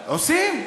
עושים.